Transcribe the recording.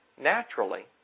naturally